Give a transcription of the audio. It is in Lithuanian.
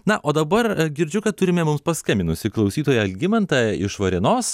na o dabar girdžiu kad turime mums paskambinusį klausytoją algimanta iš varėnos